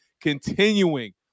continuing